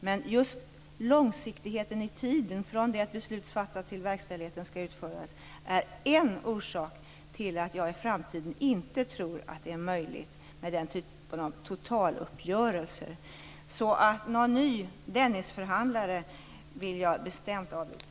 Men just långsiktigheten i tiden, från det att beslut fattas till det att verkställigheten skall genomföras, är en orsak till att jag inte tror att det i framtiden är möjligt med denna typ av totaluppgörelser. Så en ny Dennisförhandlare vill jag bestämt avvisa.